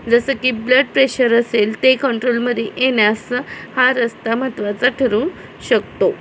जसं की blood pressure असेल ते कंट्रोलमध्ये येण्यास हा रस्ता महत्त्वाचा ठरू शकतो